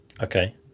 Okay